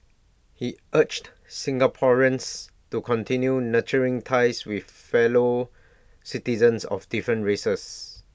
he urged Singaporeans to continue nurturing ties with fellow citizens of different races